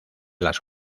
las